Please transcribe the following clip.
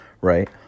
right